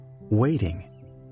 waiting